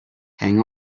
hang